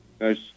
nice